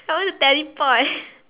I want to teleport